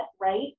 right